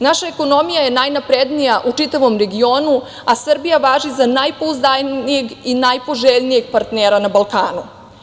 Naša ekonomija je najnaprednija u čitavom regionu, a Srbija važi za najpouzdanijeg i najpoželjnijeg partnera na Balkanu.